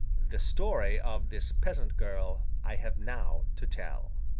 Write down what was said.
the story of this peasant girl i have now to tell.